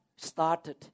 started